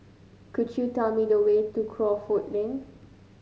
could you tell me the way to Crawford Lane